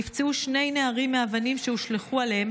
נפצעו שני נערים מאבנים שהושלכו עליהם